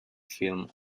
film